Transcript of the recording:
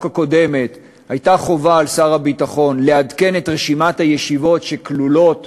הקודמת הייתה חובה על שר הביטחון לעדכן את רשימת הישיבות שכלולות